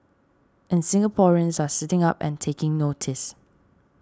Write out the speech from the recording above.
and Singaporeans are sitting up and taking notice